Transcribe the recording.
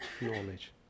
knowledge